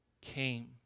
came